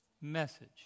message